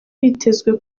bitezwe